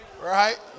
Right